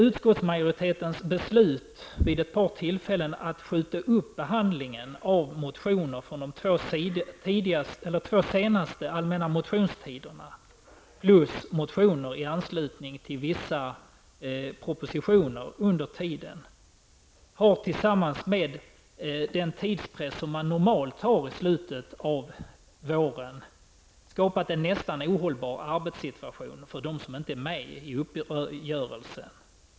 Utskottsmajoritetens beslut vid ett par tillfällen att skjuta upp behandlingen av motioner från de två senaste allmänna motionstiderna och motioner i anslutning till vissa propositioner, under samma tid tillsammans med den tidspress som vi alltid har under våren, har skapat en nästan ohållbar arbetssituation för dem som inte är med i uppgörelsen.